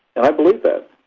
and i believe that.